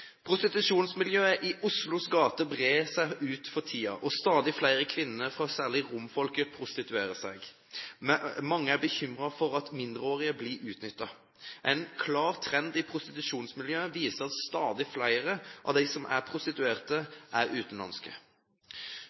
Prostitusjonsmiljøet i Oslos gater brer seg ut for tiden, og stadig flere kvinner fra særlig romfolket prostituerer seg. Mange er bekymret for at mindreårige blir utnyttet. En klar trend i prostitusjonsmiljøet er at stadig flere av dem som er prostituerte, er utenlandske.